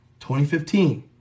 2015